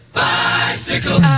bicycle